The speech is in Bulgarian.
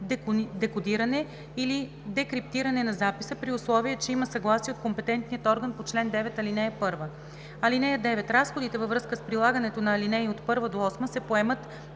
декодиране или декриптиране на записа, при условие че има съгласие от компетентния орган по чл. 9, ал. 1. (9) Разходите във връзка с прилагането на ал. 1 – 8 се поемат